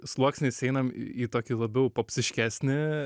sluoksniais einam į tokį labiau popsiškesnį